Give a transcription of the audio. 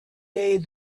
day